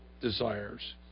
desires